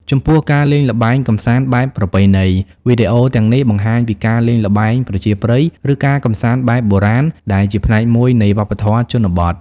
ចំពោះ ការលេងល្បែងកម្សាន្តបែបប្រពៃណី វីដេអូទាំងនេះបង្ហាញពីការលេង ល្បែងប្រជាប្រិយ ឬ ការកម្សាន្តបែបបុរាណ ដែលជាផ្នែកមួយនៃវប្បធម៌ជនបទ។